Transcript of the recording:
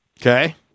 okay